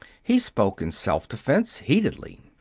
he spoke in self-defense, heatedly.